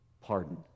pardon